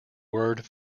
word